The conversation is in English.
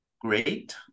great